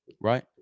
Right